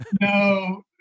No